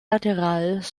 latérales